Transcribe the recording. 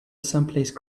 someplace